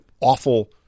awful